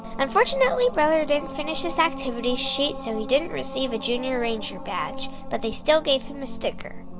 unfortunately, brother didn't finish his activity sheet, so he didn't receive a junior ranger badge. but they still gave him a sticker.